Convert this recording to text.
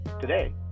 Today